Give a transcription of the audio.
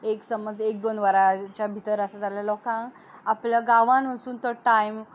एक समज एक दोन वरांच्या भितर आसा जाल्यार लोकांक आपल्या गांवांत वचून तो टायम